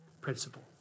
principle